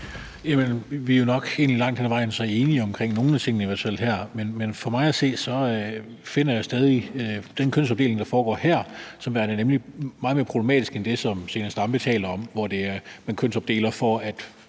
omkring i hvert fald nogle af tingene her. Men jeg finder stadig den kønsopdeling, der foregår her, meget mere problematisk end det, som Zenia Stampe taler om, hvor man kønsopdeler, for at